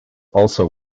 also